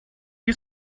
you